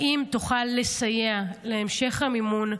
האם תוכל לסייע בהמשך המימון?